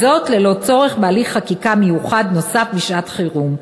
ללא צורך בהליך חקיקה מיוחד נוסף בשעת חירום.